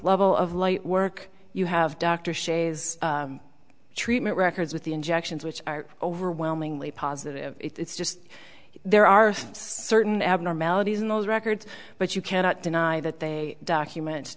level of light work you have dr shay's treatment records with the injections which are overwhelmingly positive it's just there are certain abnormalities in those records but you cannot deny that they document